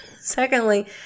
Secondly